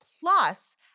Plus